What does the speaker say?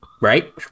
Right